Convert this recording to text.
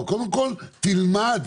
אבל קודם כל, תלמד.